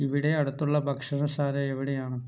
ഇവിടെ അടുത്തുള്ള ഭക്ഷണശാല എവിടെയാണ്